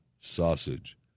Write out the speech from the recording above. sausage